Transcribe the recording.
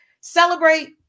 celebrate